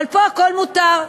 אבל פה הכול מותר,